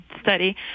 study